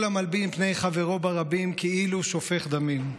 "כל המלבין פני חברו ברבים כאילו שופך דמים".